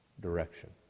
direction